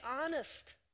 honest